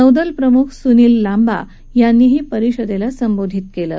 नौदल प्रमुख सुनील लांबा यांनी ही परिषदली संबोधित कलि